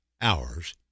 hours